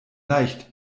leicht